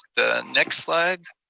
the next slide.